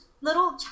little